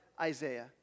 Isaiah